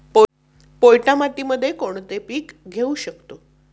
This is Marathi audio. पोयटा मातीमध्ये कोणते पीक घेऊ शकतो?